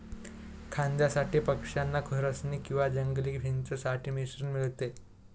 खाद्यासाठी पक्षांना खुरसनी किंवा जंगली फिंच साठी मिश्रण मिळते